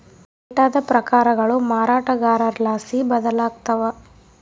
ಡೇಟಾದ ಪ್ರಕಾರಗಳು ಮಾರಾಟಗಾರರ್ಲಾಸಿ ಬದಲಾಗ್ತವ